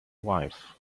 wife